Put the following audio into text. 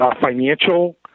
financial